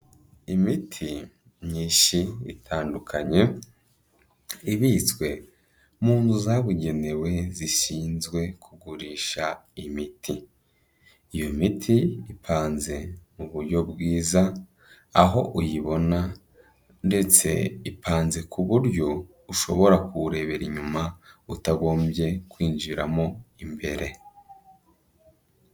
Imiti myinshi itandukanye ibitswe mu nzu zabugenewe zishinzwe kugurisha imiti, iyo miti ipanze mu buryo bwiza, aho uyibona ndetse ipanze ku buryo ushobora kuwurebera inyuma utagombye kwinjira mo imbere.